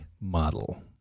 model